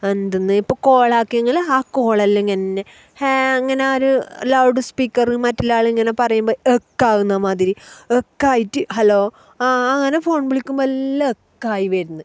എന്തെന്ന് ഇപ്പം കോൾ ആക്കിയെങ്കിൽ ആ കോൾ എല്ലാം ഇങ്ങനെ തന്നെ ഹാങ്ങ് ഇങ്ങനെ ഒരു ലൗഡ്സ്പീക്കറ് മറ്റുള്ള ആൾ ഇങ്ങനെ പറയുമ്പം എക്കോ ആവുന്നത് മാതിരി എക്കോ ആയിട്ട് ഹലോ ആ ആ അങ്ങനെ ഫോൺ വിളിക്കുമ്പം എല്ലാം എക്കോ ആയി വരുന്നു